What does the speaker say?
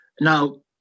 Now